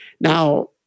Now